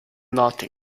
nothing